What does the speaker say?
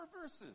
verses